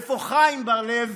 איפה חיים בר לב